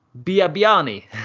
biabiani